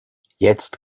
jetzt